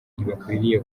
ntibakwiriye